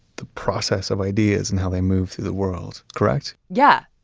the process of ideas and how they move through the world. correct? yeah,